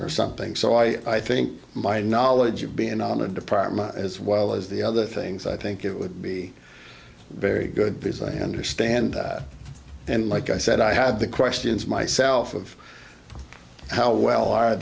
or something so i think my knowledge of being on the department as well as the other things i think it would be very good because i understand that and like i said i had the questions myself of how well are